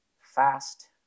fast